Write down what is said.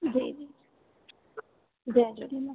जी जी जय झूलेलाल